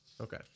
okay